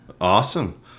Awesome